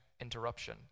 interruption